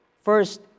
first